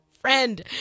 friend